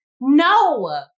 No